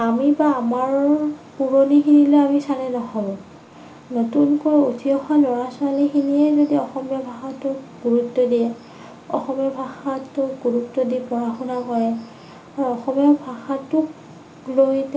আমি বা আমাৰ পুৰণিখিনিলৈ আমি চালে নহ'ব নতুনকৈ উঠি অহা ল'ৰা ছোৱালীখিনিয়ে যদি অসমীয়া ভাষাটোক গুৰুত্ব দিয়ে অসমীয়া ভাষাটো গুৰুত্ব দি পঢ়া শুনা কৰে অসমীয়া ভাষাটোক